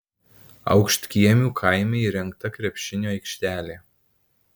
aukštkiemių kaime įrengta krepšinio aikštelė